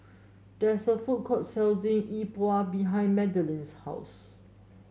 there is a food court selling Yi Bua behind Madelynn's house